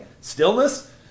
stillness